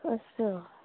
असं